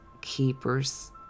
keepers